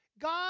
God